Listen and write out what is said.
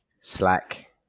Slack